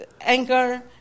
anger